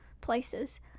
places